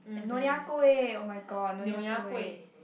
and Nyonya-Kueh oh-my-god Nyonya-Kueh